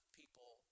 people